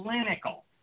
clinical